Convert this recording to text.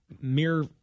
mere